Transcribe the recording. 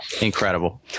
Incredible